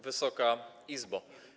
Wysoka Izbo!